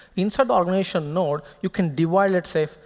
inside the organization node, you can divide, let's say,